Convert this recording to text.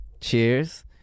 Cheers